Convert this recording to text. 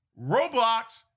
Roblox